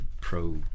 pro